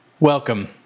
Welcome